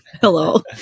Hello